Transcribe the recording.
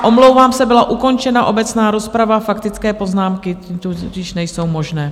Omlouvám se, byla ukončena obecná rozprava, faktické poznámky již nejsou možné.